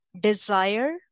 desire